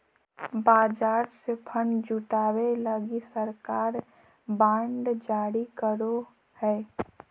बाजार से फण्ड जुटावे लगी सरकार बांड जारी करो हय